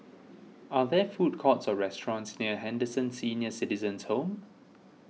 are there food courts or restaurants near Henderson Senior Citizens' Home